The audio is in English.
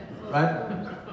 Right